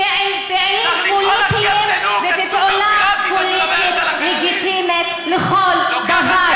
אז כנראה מדובר בפעילים פוליטיים ובפעולה פוליטית לגיטימית לכל דבר.